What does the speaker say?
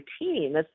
routine